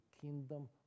kingdom